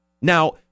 now